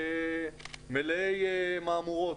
מלאי מהמורות.